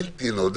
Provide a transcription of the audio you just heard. בלתי נודע